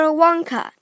Wonka